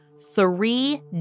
three